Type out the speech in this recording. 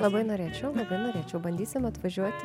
labai norėčiau labai norėčiau bandysim atvažiuoti